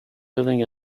building